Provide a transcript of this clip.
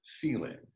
feeling